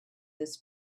this